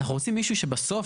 אנחנו רוצים מישהו שבסוף,